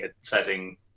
setting